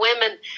women